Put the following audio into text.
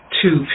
two